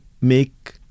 make